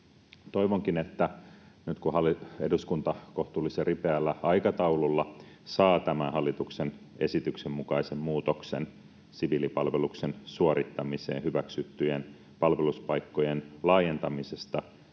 Toivonkin, että nyt kun eduskunta kohtuullisen ripeällä aikataululla saa tämän hallituksen esityksen mukaisen muutoksen siviilipalveluksen suorittamiseen hyväksyttyjen palveluspaikkojen laajentamisesta